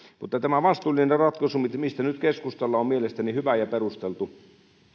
mutta tämä vastuullinen ratkaisu mistä nyt keskustellaan on mielestäni hyvä ja perusteltu